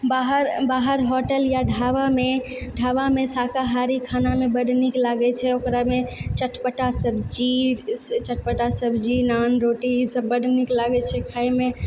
बाहर बाहर होटल या ढाबामे ढाबामे शाकाहारी खाना ने बड्ड नीक लागै छै ओकरामे चटपटा सब्जी चटपटा सब्जी नान रोटी ई सब बड्ड नीक लागै छै खायमे